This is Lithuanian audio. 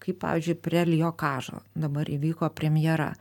kaip pavyzdžiui prel jo kažo dabar įvyko premjera